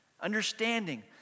understanding